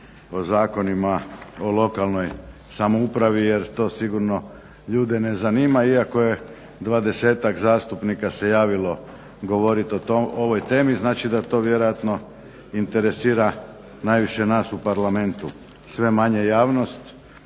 o Zakonima o lokalnoj samoupravi jer to sigurno ljude ne zanima, iako je 20 zastupnika se javilo govorit o ovoj temi. Znači da to vjerojatno interesira najviše nas u parlamentu, sve manje javnost